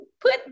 put